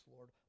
Lord